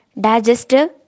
digestive